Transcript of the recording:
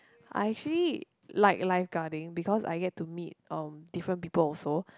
I actually like lifeguarding because I get to meet um different people also